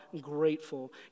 grateful